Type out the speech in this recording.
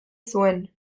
zuen